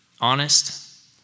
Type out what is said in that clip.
honest